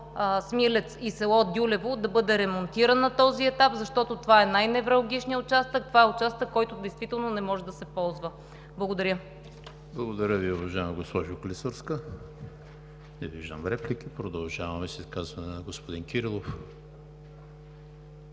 Смилец и село Дюлево да бъде ремонтиран на този етап, защото това е най-невралгичният участък, това е участък, който действително не може да се ползва. Благодаря. ПРЕДСЕДАТЕЛ ЕМИЛ ХРИСТОВ: Благодаря Ви, уважаема госпожо Клисурска. Не виждам реплики. Продължаваме с изказване на господин Кирилов.